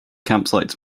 campsites